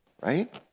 right